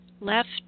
left